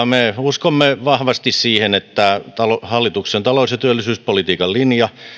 me uskomme vahvasti siihen että hallituksen talous ja työllisyyspolitiikan linja